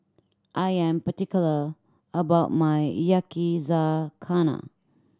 I am particular about my Yakizakana